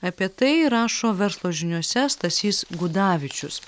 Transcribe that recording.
apie tai rašo verslo žiniose stasys gudavičius